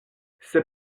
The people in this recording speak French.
c’est